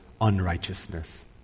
unrighteousness